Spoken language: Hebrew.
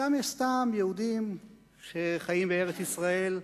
שם יש סתם יהודים שחיים בארץ-ישראל,